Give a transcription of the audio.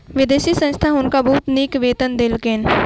विदेशी संस्था हुनका बहुत नीक वेतन देलकैन